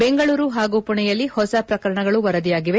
ಬೆಂಗಳೂರು ಹಾಗೂ ಮಣೆಯಲ್ಲಿ ಹೊಸ ಪ್ರಕರಣಗಳು ವರದಿಯಾಗಿವೆ